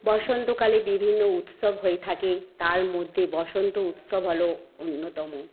বসন্তকালে বিভিন্ন উৎসব হয়ে থাকে তার মধ্যে বসন্ত উৎসব হল অন্যতম